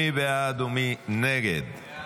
מי בעד ומי נגד?